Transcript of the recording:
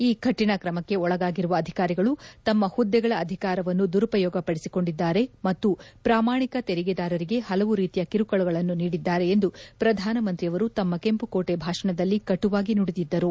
ಈ ಕರಿಣ ಕ್ರಮಕ್ಕೆ ಒಳಗಾಗಿರುವ ಅಧಿಕಾರಿಗಳು ತಮ್ಮ ಹುದ್ದೆಗಳ ಅಧಿಕಾರವನ್ನು ದುರುಪಯೋಗ ಪದಿಸಿಕೊಂಡಿದ್ದಾರೆ ಮತ್ತು ಪ್ರಾಮಾಣಿಕ ತೆರಿಗೆದಾರರಿಗೆ ಹಲವು ರೀತಿಯ ಕಿರುಕುಳಗಳನ್ನು ನೀಡಿದ್ದಾರೆ ಎಂದು ಪ್ರಧಾನಮಂತ್ರಿಯವರು ತಮ್ಮ ಕೆಂಪುಕೋಟೆ ಭಾಷಣದಲ್ಲಿ ಕಟುವಾಗಿ ನುಡಿದ್ದರು